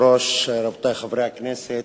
כבוד היושב-ראש, רבותי חברי הכנסת,